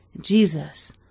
Jesus